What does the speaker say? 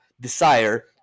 desire